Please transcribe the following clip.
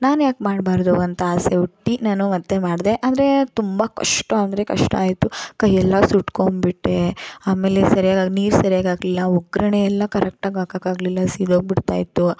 ನಾನು ಯಾಕೆ ಮಾಡಬಾರ್ದು ಅಂತ ಆಸೆ ಹುಟ್ಟಿ ನಾನು ಮತ್ತೆ ಮಾಡದೇ ಆದರೆ ಅದು ತುಂಬ ಕಷ್ಟ ಅಂದರೆ ಕಷ್ಟ ಆಯಿತು ಕೈಯ್ಯೆಲ್ಲ ಸುಟ್ಕೊಂಡ್ಬಿಟ್ಟೆ ಆಮೇಲೆ ಸರಿಯಾಗಿ ಆಗಿ ನೀರು ಸರಿಯಾಗಿ ಹಾಕಲಿಲ್ಲ ಒಗ್ಗರಣೆಯೆಲ್ಲ ಕರೆಕ್ಟಾಗಿ ಹಾಕೋಕೆ ಆಗಲಿಲ್ಲ ಸೀದೋಗಿ ಬಿಡ್ತಾಯಿತ್ತು